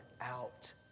out